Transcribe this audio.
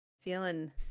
Feeling